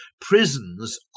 prisons